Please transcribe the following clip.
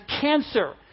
cancer